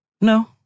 No